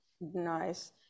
nice